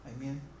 amen